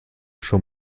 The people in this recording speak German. schon